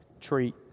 treat